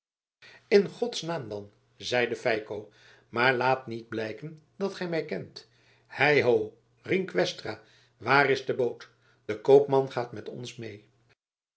in gods naam dan zeide feiko maar laat niet blijken dat gij mij kent hei ho rienk westra waar is de boot de koopman gaat met ons mee